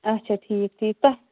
اچھا ٹھیٖک ٹھیٖک تَتھ